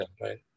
right